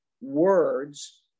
words